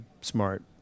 smart